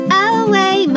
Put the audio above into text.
away